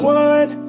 one